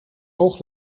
oog